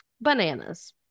bananas